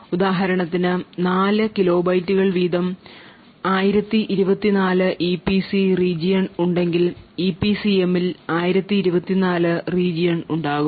ഉദാഹരണത്തിന് 4 കിലോ ബൈറ്റുകൾ വീതം 1024 ഇപിസി region ഉണ്ടെങ്കിൽ ഇപിസിഎമ്മിൽ 1024 region ഉണ്ടാകും